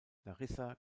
larissa